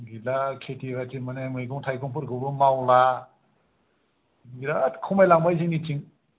गैला खेथि बाथि माने मैगं थाइगंफोरखौबो मावला बिरात खमायलांबाय जोंनिथिं